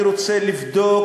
אני רוצה לבדוק,